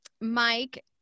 Mike